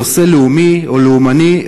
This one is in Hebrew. לנושא לאומי או לאומני,